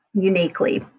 uniquely